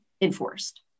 enforced